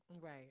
right